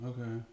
Okay